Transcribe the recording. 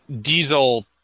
diesel